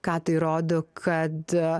ką tai rodo kad a